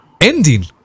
ending